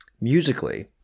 musically